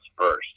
first